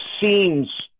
seems